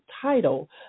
title